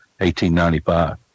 1895